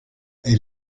est